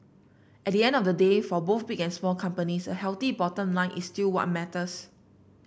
at the end of the day for both big and small companies a healthy bottom line is still what matters